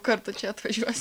kartu čia atvažiuosim